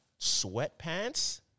sweatpants